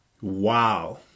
wow